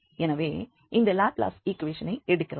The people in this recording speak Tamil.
எனவே இந்த லாப்லாஸ் ஈக்குவேஷனை எடுக்கிறோம்